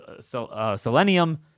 selenium